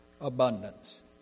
abundance